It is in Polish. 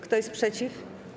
Kto jest przeciw?